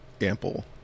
ample